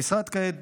המשרד עובד כעת